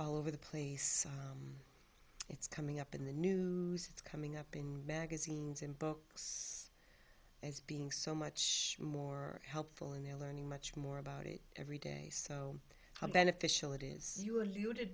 all over the place it's coming up in the new it's coming up in magazines and books as being so much more helpful and they're learning much more about it every day so how beneficial it is you a